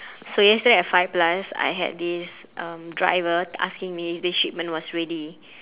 so yesterday at five plus I had this um driver asking me this shipment was ready